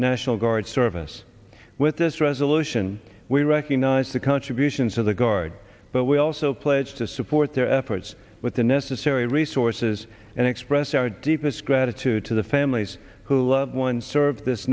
national guard service with this resolution we recognize the contributions of the guard but we also pledge to support their efforts with the necessary resources and express our deepest gratitude to the families who loved ones serve this